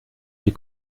die